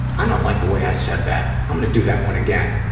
i don't like the way i said that. i'm going to do that one again.